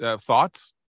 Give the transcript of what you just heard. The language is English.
Thoughts